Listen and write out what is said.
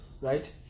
right